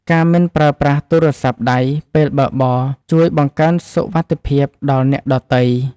ការមិនប្រើប្រាស់ទូរស័ព្ទដៃពេលបើកបរជួយបង្កើនសុវត្ថិភាពដល់អ្នកដទៃ។